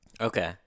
Okay